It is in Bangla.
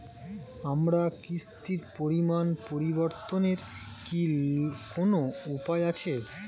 আমার কিস্তির পরিমাণ পরিবর্তনের কি কোনো উপায় আছে?